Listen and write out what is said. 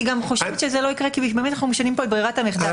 אני באמת לא חושבת שזה יקרה כי אנחנו משנים פה את ברירת המחדל.